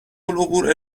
العبور